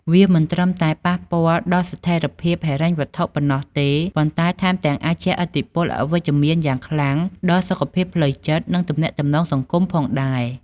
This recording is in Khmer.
វាមិនត្រឹមតែប៉ះពាល់ដល់ស្ថិរភាពហិរញ្ញវត្ថុប៉ុណ្ណោះទេ ប៉ុន្តែថែមទាំងអាចជះឥទ្ធិពលអវិជ្ជមានយ៉ាងខ្លាំងដល់សុខភាពផ្លូវចិត្ត និងទំនាក់ទំនងសង្គមផងដែរ។